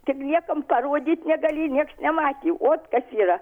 tik niekam parodyt negali nieks nematė ot kas yra